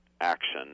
action